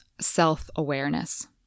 self-awareness